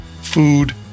food